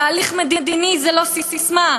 תהליך מדיני זה לא ססמה,